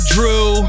Drew